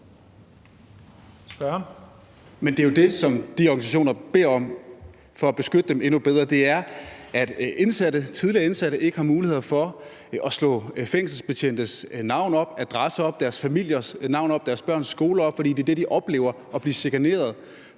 det er jo det, som de organisationer beder om for at beskytte dem endnu bedre, altså at tidligere indsatte ikke skal have mulighed for at slå fængselsbetjentes navn, adresse, families navn og børns skole op, for det er det, de oplever, altså at blive chikaneret.